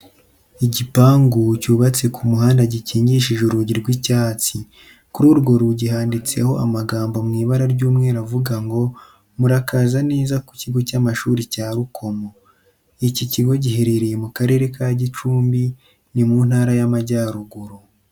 Igipangu cyubatse ku muhanda gikingishije urugi rw'icyatsi. Kuri urwo rugi handitseho amagambo mu ibara ry'umweru avuga ngo:" Murakaza neza ku kigo cy'amashuri cya Rukomo." Iki kigo giherereye mu Karere ka Gicumbi, ni mu Ntara y'Amajyaruguru.